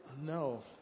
No